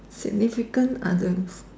significant others